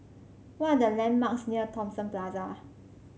what are the landmarks near Thomson Plaza